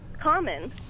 common